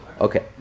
Okay